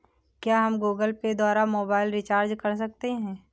क्या हम Google Pay द्वारा मोबाइल रिचार्ज कर सकते हैं?